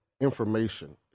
information